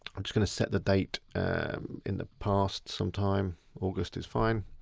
i'm just gonna set the date in the past sometime, august is fine.